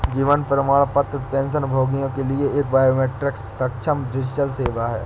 जीवन प्रमाण पेंशनभोगियों के लिए एक बायोमेट्रिक सक्षम डिजिटल सेवा है